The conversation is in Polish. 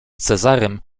cezarym